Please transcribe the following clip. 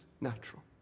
natural